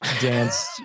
danced